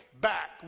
back